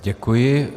Děkuji.